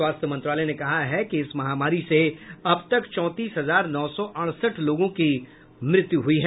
स्वास्थ्य मंत्रालय ने कहा है कि इस महामारी से अब तक चौंतीस हजार नौ सौ अड़सठ लोगों की मृत्यु हुई है